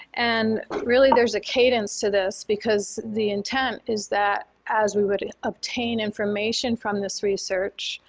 and really there's a cadence to this, because the intent is that as we would obtain information from this research,